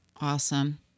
Awesome